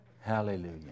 Hallelujah